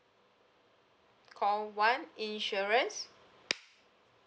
call one insurance